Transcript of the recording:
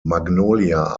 magnolia